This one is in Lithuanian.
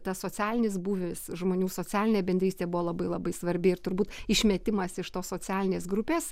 tas socialinis būvis žmonių socialinė bendrystė buvo labai labai svarbi ir turbūt išmetimas iš tos socialinės grupės